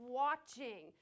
watching